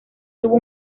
tuvo